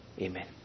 Amen